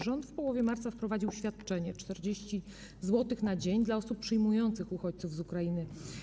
Rząd w połowie marca wprowadził świadczenie 40 zł na dzień dla osób przyjmujących uchodźców z Ukrainy.